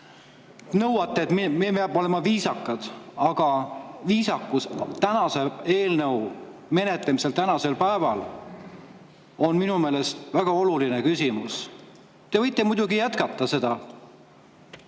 Nõuate, et me peame olema viisakad. Viisakus on selle eelnõu menetlemisel tänasel päeval minu meelest väga oluline küsimus. Te võite muidugi jätkata seda